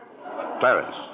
Clarence